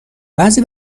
بعضی